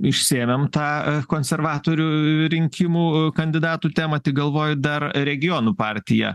išsėmėm tą konservatorių rinkimų kandidatų temą tik galvoju dar regionų partija